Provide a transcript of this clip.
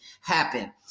happen